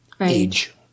age